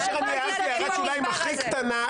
כאשר אני הערתי הערת שוליים הכי קטנה,